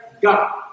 God